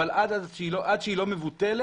אבל עד שהיא לא מבוטלת